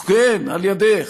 כן, על-ידייך.